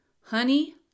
Honey